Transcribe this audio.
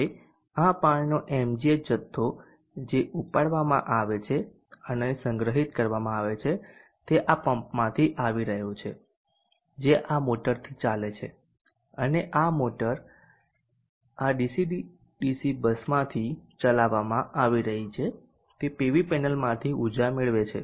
હવે આ પાણીનો mgh જથ્થો જે ઉપાડવામાં આવે છે અને સંગ્રહિત કરવામાં આવે છે તે આ પંપ માંથી આવી રહ્યો છે જે આ મોટરથી ચાલે છે અને આ મોટર આ ડીસી બસમાંથી ચલાવવામાં આવી રહી છે તે પીવી પેનલમાંથી ઊર્જા મેળવે છે